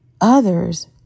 others